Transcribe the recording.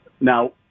Now